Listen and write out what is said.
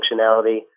functionality